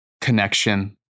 connection